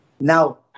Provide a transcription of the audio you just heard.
Now